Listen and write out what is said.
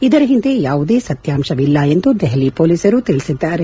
ಇದರ ಹಿಂದೆ ಯಾವುದೇ ಸತ್ಯಾಂಶವಿಲ್ಲ ಎಂದು ದೆಹಲಿ ಪೊಲೀಸರು ತಿಳಿಸಿದ್ದಾರೆ